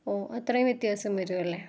ഓ അത്രയും വ്യത്യാസം വരുവല്ലേ